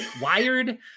wired